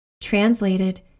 translated